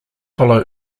follow